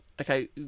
Okay